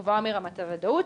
גבוהה מרמת הוודאות,